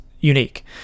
unique